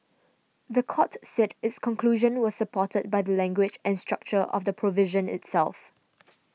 the court said its conclusion was supported by the language and structure of the provision itself